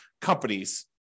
companies